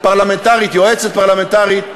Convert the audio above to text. יועצת פרלמנטרית,